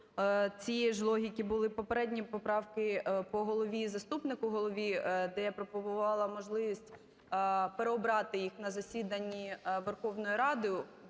цієї ж логіки були попередні поправки по голові і заступнику голови, де я пропагувала можливість переобрати їх на засіданні Верховної Ради.